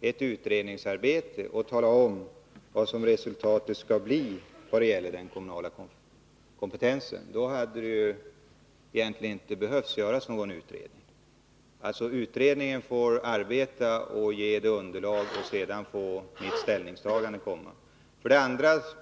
ett utredningsarbete och tala om vad resultatet bör bli när det gäller den kommunala kompetensen. Om jag kunde göra det hade det inte behövts någon utredning. Utredningen får alltså arbeta, och sedan får vi ta ställning på grundval av det underlag som då föreligger.